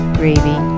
gravy